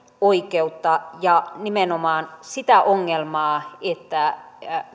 oikeutta ja nimenomaan sitä ongelmaa että